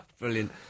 Brilliant